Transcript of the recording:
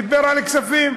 דיבר על כספים,